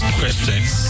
questions